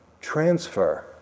transfer